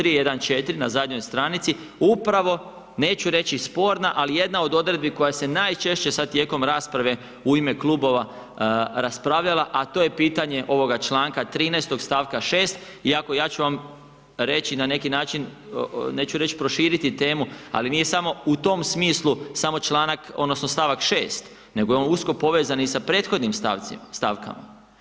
314, na zadnjoj stranici, upravo, neću reći sporna, ali jedna od odredbi koja se najčešće sad tijekom rasprave u ime klubova raspravljala, a to je pitanje ovoga čl. 13. st. 6, iako, ja ću vam reći, na neki način, neću reći proširiti temu, ali nije samo u tom smislu, samo članak odnosno st. 6, nego je on usko povezan i sa prethodnim stavkama.